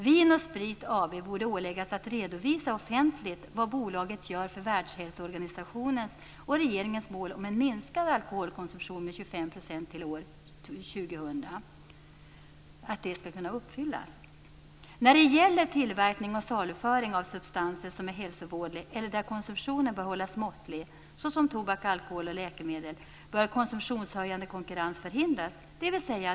Vin & Sprit AB borde åläggas att offentligt redovisa vad bolaget gör för att Världshälsoorganisationens och regeringens mål om en med 25 % minskad alkoholkonsumtion till år 2000 skall kunna uppfyllas. När det gäller tillverkning och saluföring av substanser som är hälsovådliga eller områden där konsumtionen bör hållas måttlig - såsom tobak, alkohol och läkemedel - bör konsumtionshöjande konkurrens förhindras.